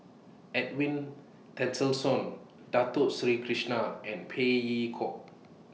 Edwin Tessensohn Dato Sri Krishna and Phey Yew Kok